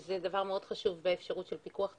זה דבר מאוד חשוב באפשרות של פיקוח ציבורי.